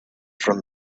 from